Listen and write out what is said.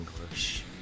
English